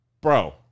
Bro